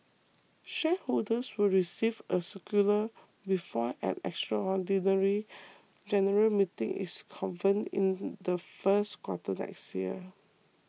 shareholders will receive a circular before an extraordinary general meeting is convened in the first quarter next year